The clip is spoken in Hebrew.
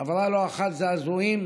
עברו לא אחת זעזועים,